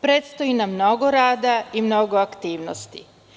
Predstoji nam mnogo rada i mnogo aktivnosti.